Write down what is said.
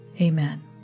Amen